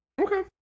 Okay